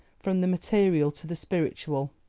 from the material to the spiritual.